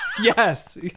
Yes